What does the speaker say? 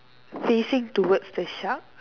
facing towards the shark